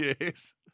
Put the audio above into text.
Yes